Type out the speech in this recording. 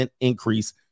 increase